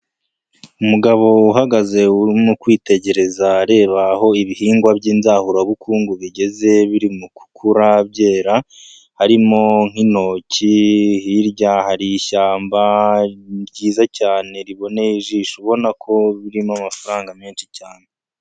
Umugabo uhagaze urimo kwitegereza areba aho ibihingwa by'inzahurabukungu bigeze biri mu gukura byera, harimo nk'intoki, hirya hari ishyamba ryiza cyane riboneye ijisho ubona ko birimo amafaranga menshi cyane.